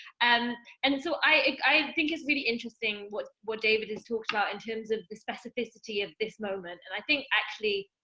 and and so i like i think it's really interesting, what what david is talking about, in terms of the specificity of this moment, and i think actually,